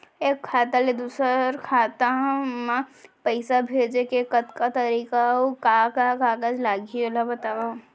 एक खाता ले दूसर खाता मा पइसा भेजे के कतका तरीका अऊ का का कागज लागही ओला बतावव?